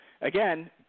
Again